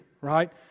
right